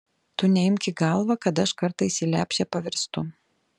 tu neimk į galvą kad aš kartais į lepšę pavirstu